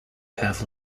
have